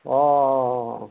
অ